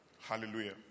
Hallelujah